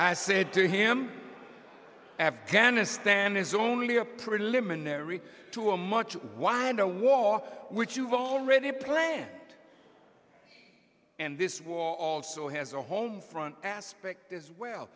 i said to him afghanistan is only a preliminary to a much one and a war which you've already planned and this wall also has a home front aspect as well